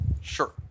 Sure